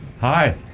Hi